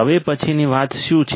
હવે પછીની વાત શું છે